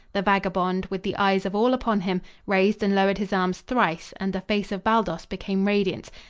the vagabond, with the eyes of all upon him, raised and lowered his arms thrice, and the face of baldos became radiant.